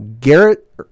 Garrett